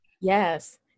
Yes